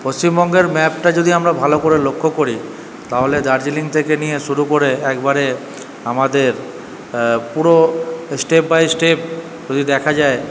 পশ্চিমবঙ্গের ম্যাপটা যদি আমরা ভালো করে লক্ষ করি তাহলে দার্জিলিং থেকে নিয়ে শুরু করে একবারে আমাদের পুরো স্টেপ বাই স্টেপ যদি দেখা যায়